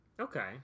Okay